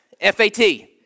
F-A-T